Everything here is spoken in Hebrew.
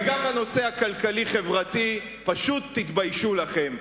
וגם בנושא הכלכלי-החברתי, פשוט תתביישו לכם.